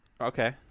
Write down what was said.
Okay